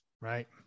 right